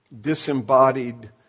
disembodied